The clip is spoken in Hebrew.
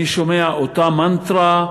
אני שומע אותה מנטרה,